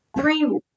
Three